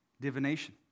divination